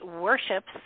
worships